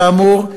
כאמור,